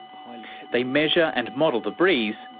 they measure and model the breeze,